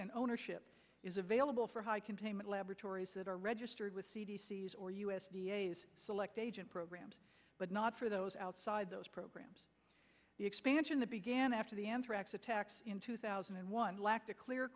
and ownership is available for high containment laboratories that are registered with c d c s or u s d a is select agent programs but not for those outside those programs the expansion that began after the anthrax attacks in two thousand and one lacked a clear